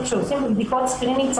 שעושים בדיקות סקרינינג,